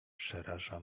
przeraża